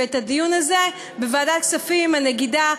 והדיון הזה בוועדת כספים עם הנגידה,